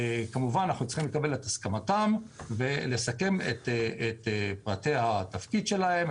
כמובן שאנחנו צריכים לקבל את הסכמתם ולסכם את פרטי התפקיד שלהם,